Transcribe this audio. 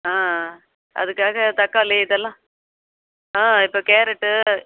ஆ அதுக்காக தக்காளி இதெல்லாம் ஆ இப்போ கேரட்டு